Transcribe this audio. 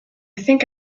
think